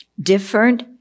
different